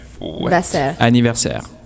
Anniversaire